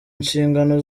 nshingano